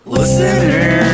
Listener